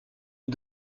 est